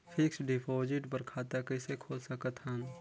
Fixed deposit बर खाता कइसे खोल सकत हन?